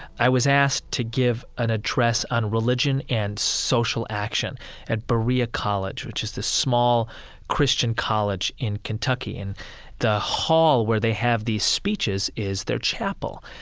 i was asked to give an address on religion and social action at berea college, which is this small christian college in kentucky. and the hall where they have these speeches is their chapel.